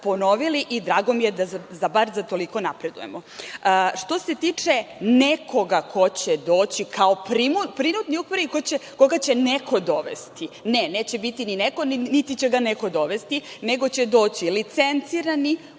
ponovili i drago mi je da bar za toliko napredujemo. Što se tiče nekoga ko će doći kao prinudni upravnik koga će neko dovesti, ne, neće biti ni neko, niti će ga neko dovesti, nego će doći licencirani